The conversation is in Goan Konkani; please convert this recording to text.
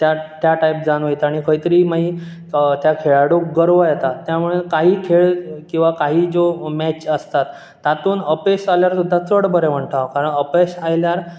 त्या त्या टाय्प जावन वयता आनी खंय तरी मायी त्या खेळाडूक गर्व येता त्या मुळे कयी खेळ किंवा कायी ज्यो मॅच आसतात तातूंत अपयश जाल्यार जाता चड बरें म्हणटा हांव कारण अपयश आयल्यार